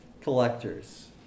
collectors